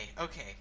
okay